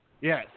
Yes